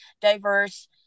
diverse